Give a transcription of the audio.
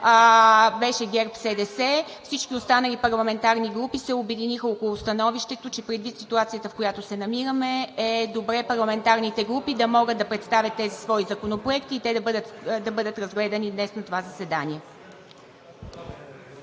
„с единодушие“. Всички останали парламентарни групи се обединиха около становището, че предвид ситуацията, в която се намираме, е добре парламентарните групи да могат да представят тези свои законопроекти и те да бъдат разгледани днес на това заседание.